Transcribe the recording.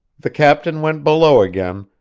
the captain went below again,